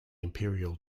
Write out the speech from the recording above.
imperial